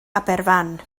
aberfan